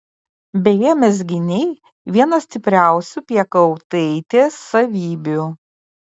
beje mezginiai viena stipriausių piekautaitės savybių